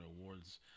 awards